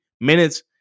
minutes